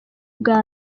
bwa